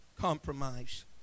Compromise